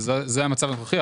זה המצב הנוכחי.